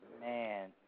Man